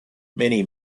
many